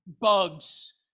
bugs